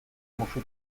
musu